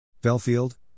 Belfield